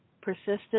persistent